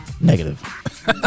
Negative